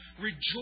rejoice